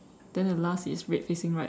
then the last is red facing right